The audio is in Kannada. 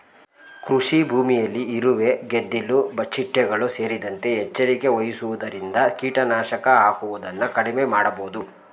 ಕೃಷಿಭೂಮಿಯಲ್ಲಿ ಇರುವೆ, ಗೆದ್ದಿಲು ಚಿಟ್ಟೆಗಳು ಸೇರಿದಂತೆ ಎಚ್ಚರಿಕೆ ವಹಿಸುವುದರಿಂದ ಕೀಟನಾಶಕ ಹಾಕುವುದನ್ನು ಕಡಿಮೆ ಮಾಡಬೋದು